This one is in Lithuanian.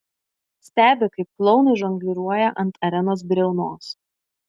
stebi kaip klounai žongliruoja ant arenos briaunos